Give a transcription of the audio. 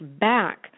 back